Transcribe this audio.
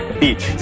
beach